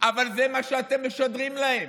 אבל זה מה שאתם משדרים להם.